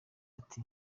ati